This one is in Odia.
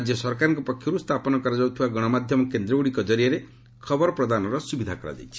ରାଜ୍ୟ ସରକାରଙ୍କ ପକ୍ଷର୍ ସ୍ଥାପନ କରାଯାଉଥିବା ଗଣମାଧ୍ୟମ କେନ୍ଦ୍ରଗୁଡ଼ିକ ଜରିଆରେ ଖବର ପ୍ରଦାନର ସୁବିଧା କରାଯାଇଛି